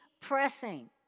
pressing